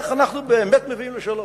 איך אנחנו באמת מביאים לשלום.